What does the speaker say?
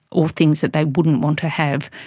or things that they wouldn't want to have.